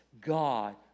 God